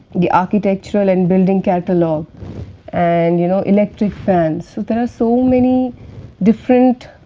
the architectural and building catalog and you know electric fans. so, there are so many different